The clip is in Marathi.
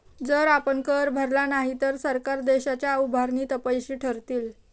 जर आपण कर भरला नाही तर सरकार देशाच्या उभारणीत अपयशी ठरतील